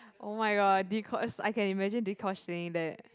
oh my god Deekosh I can imagine Deekosh saying that